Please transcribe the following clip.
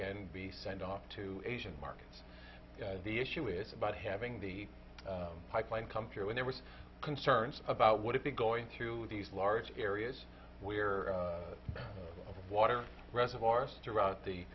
and be sent off to asian markets the issue is about having the pipeline come through when there was concerns about would it be going through these large areas we're over water reservoirs throughout the